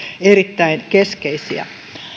erittäin keskeisiä